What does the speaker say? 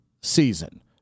season